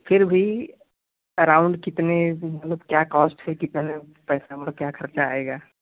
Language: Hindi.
फिर भी अराउंड कितने मतलब क्या कॉस्ट है कितने पैसे में क्या ख़र्च आएगा